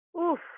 Oof